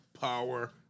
power